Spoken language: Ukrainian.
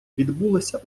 відбулася